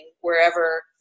wherever